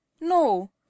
no